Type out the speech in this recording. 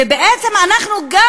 ובעצם אנחנו גם